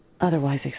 otherwise